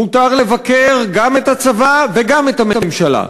מותר לבקר גם את הצבא וגם את הממשלה.